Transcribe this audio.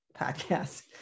podcast